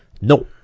no